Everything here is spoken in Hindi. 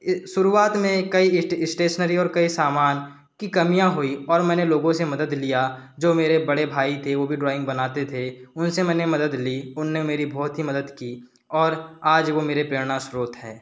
शुरुआत में कई स्टेशनरी और कई सामान की कमियाँ हुई और मैंने लोगों से मदद लिया जो मेरे बड़े भाई थे वो भी ड्रोइंग बनाते थे उनसे मैंने मदद ली उनने मेरी बहुत ही मदद की और आज वो मेरे प्रेरणा स्रोत हैं